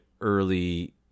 early